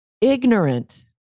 ignorant